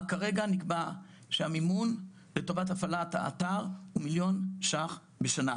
כרגע נקבע שהמימון לטובת הפעלת האתר הוא מליון ש"ח בשנה.